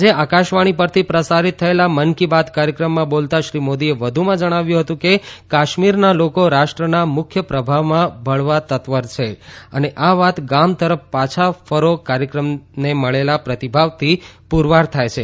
આજે આકાશવાણી પરથી પ્રસારિત થયેલા મન કી બાત કાર્યક્રમમાં બોલતાં શ્રી મોદીએ વધ્રમાં જણાવ્યું હતું કે કાશ્મીરના લોકો રાષ્ટ્રના મુખ્ય પ્રવાહમાં ભળવા તત્પર છે અને આ વાત ગામ તરફ પાછા ફરો કાર્યક્રમની મળેલા પ્રતિભાવ થી પુરવાર થાય છે